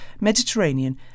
Mediterranean